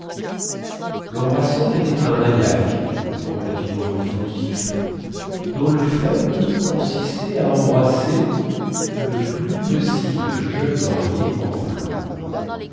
lembrasseur était un maniaque relativement inoffensif dont le faible consistait à embrasser le plus possible de jeunes mariées en blanc